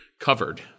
covered